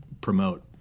promote